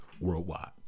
worldwide